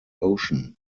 ocean